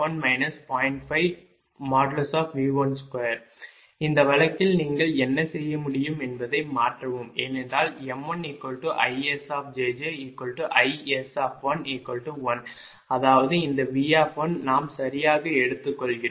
5| V|2 இந்த வழக்கில் நீங்கள் என்ன செய்ய முடியும் என்பதை மாற்றவும் ஏனென்றால் m1ISjjIS11 அதாவது இந்த V நாம் சரியாக எடுத்துக்கொள்கிறோம்